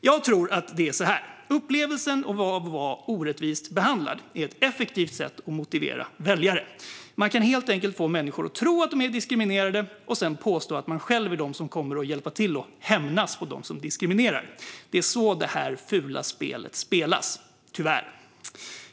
Jag tror att det är så här: Upplevelsen av att vara orättvist behandlad är ett effektivt sätt att motivera väljare. Man kan helt enkelt få människor att tro att de är diskriminerade och sedan påstå att det är man själv som kommer att hjälpa till att hämnas på dem som diskriminerar. Det är så detta fula spel spelas, tyvärr.